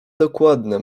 dokładne